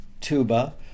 tuba